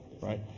Right